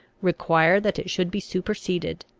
require that it should be superseded?